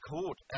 Court